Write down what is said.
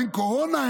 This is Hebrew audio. אין קורונה?